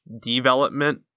development